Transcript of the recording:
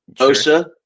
OSA